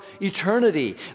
eternity